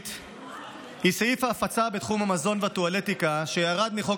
היא סעיף ההפצה בתחום המזון והטואלטיקה שירד מחוק